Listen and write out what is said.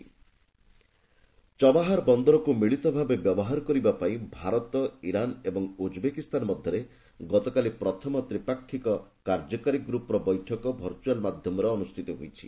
Chabahar ବନ୍ଦର ଚବାହର ବନ୍ଦରକୁ ମିଳିତଭାବେ ବ୍ୟବହାର କରିବା ପାଇଁ ଭାରତ ଇରାନ୍ ଓ ଉଜ୍ବେକିସ୍ତାନ ମଧ୍ୟରେ ଗତକାଲି ପ୍ରଥମ ତ୍ରିପାକ୍ଷୀୟ କାର୍ଯ୍ୟକାରୀ ଗ୍ରପର ବୈଠକ ଭର୍ଚୁଆଲ ମାଧ୍ୟମରେ ଅନୁଷ୍ଠିତ ହୋଇଛି